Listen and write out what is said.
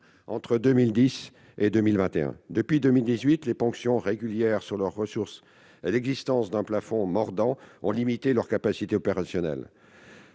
entre 2010 et 2021. Depuis 2018, les ponctions régulières sur leurs ressources et l'existence d'un plafond mordant ont limité leurs capacités opérationnelles.